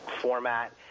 format